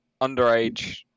underage